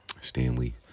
Stanley